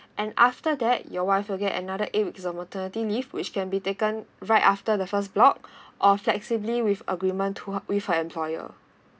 and after that your wife will get another eight weeks of maternity leave which can be taken right after the first block or flexibly with agreement to uh with her employer